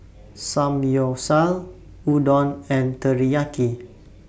Samgyeopsal Udon and Teriyaki